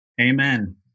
Amen